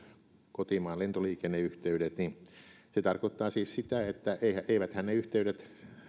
kotimaan lentoliikenneyhteydet niin se tarkoittaa siis sitä että eivät ne yhteydet